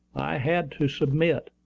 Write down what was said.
had to submit.